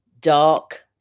dark